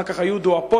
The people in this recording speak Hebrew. אחר כך היו דואופולים.